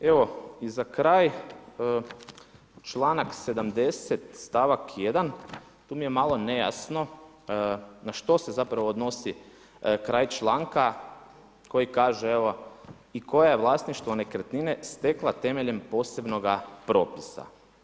I za kraj članak 70. stavak 1. tu mi je malo nejasno na što se zapravo odnosi kraj članka koji kaže evo i koje je vlasništvo nekretnine stekla temeljem posebnoga propisa.